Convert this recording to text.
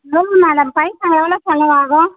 எவ்வளோ மேடம் பைசா எவ்வளோ செலவாகும்